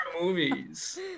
movies